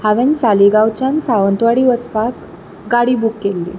हांवें सालीगांवच्यान सावंतवाडी वचपाक गाडी बुक केल्ली